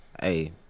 hey